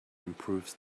improves